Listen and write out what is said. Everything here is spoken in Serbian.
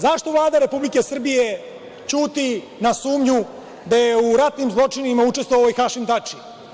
Zašto Vlada Republike Srbije ćuti na sumnju da je u ratnim zločinima učestvovao i Hašim Tači?